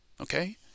okay